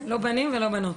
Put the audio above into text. לא בנים ולא בנות.